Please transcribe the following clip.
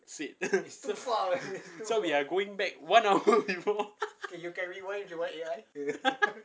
said so we are going back one hour ago